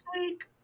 week